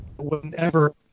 Whenever